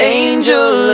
angel